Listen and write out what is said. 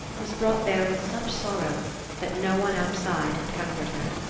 was brought there in such sorrow that no one outside could comfort her.